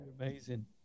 amazing